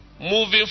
moving